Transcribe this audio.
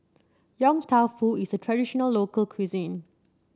Yong Tau Foo is a traditional local cuisine